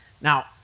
Now